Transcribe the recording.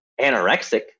anorexic